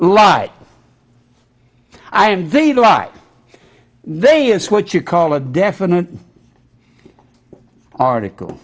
lie i am the lie they is what you call a definite article